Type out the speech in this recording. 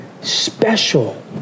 special